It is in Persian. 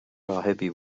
راهبی